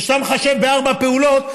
וכשאתה מחשב בארבע פעולות,